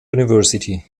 university